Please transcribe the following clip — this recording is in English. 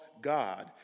god